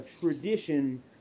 tradition